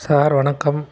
sir வணக்கம்